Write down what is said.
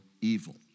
evil